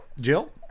Jill